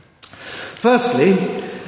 Firstly